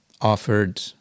offered